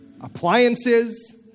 Appliances